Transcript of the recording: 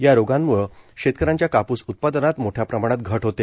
या रोगांमुळं शेतकऱ्यांच्या काप्स उत्पादनात मोठ्या प्रमाणात घट होते